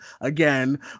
again